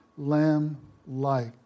Lamb-like